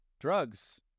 drugs